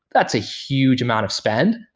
that's a huge amount of spend.